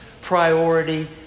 priority